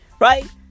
right